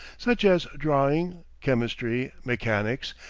such as drawing, chemistry, mechanics,